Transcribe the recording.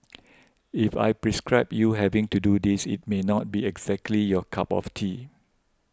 if I prescribe you having to do this it may not be exactly your cup of tea